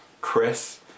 Chris